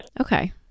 Okay